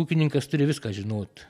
ūkininkas turi viską žinot